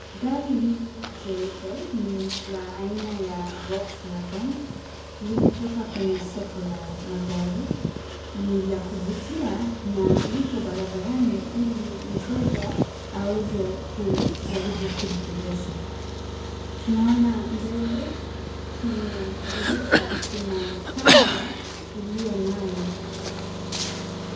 Gari hili jeupe ni la aina ya Volkswagen. Limetoka kwenye soko la magari, ni la kuvutia na liko barabarani ili mteja, aweze kujaribu kuliendesha. Tunaona mbele kwenye dirisha, kuna camera iliyonayo.